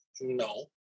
No